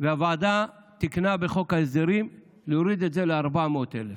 והוועדה תיקנה בחוק ההסדרים להוריד את זה עד ל-400,000.